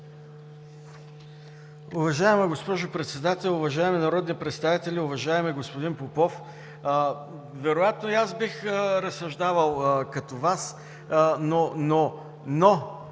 Уважаема госпожо Председател, уважаеми народни представители! Уважаеми господин Попов, вероятно и аз бих разсъждавал като Вас, но бих се